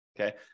Okay